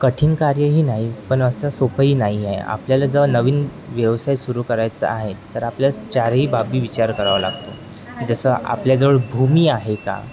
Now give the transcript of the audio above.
कठीण कार्यही नाही पण वास्तविक सोपंही नाही आहे आपल्याला जवा नवीन व्यवसाय सुरू करायचा आहे तर आपल्या चारही बाबी विचार करावा लागतो जसं आपल्याजवळ भूमी आहे का